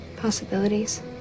possibilities